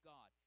God